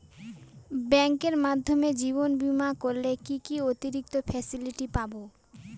ব্যাংকের মাধ্যমে জীবন বীমা করলে কি কি অতিরিক্ত ফেসিলিটি পাব?